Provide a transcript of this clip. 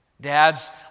Dads